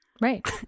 Right